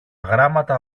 γράμματα